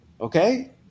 okay